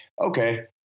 okay